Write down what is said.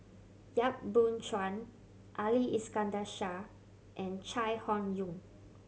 Yap Boon Chuan Ali Iskandar Shah and Chai Hon Yoong